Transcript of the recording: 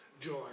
joy